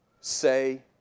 say